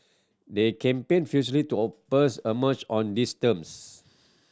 they campaigned furiously to oppose a merger on these terms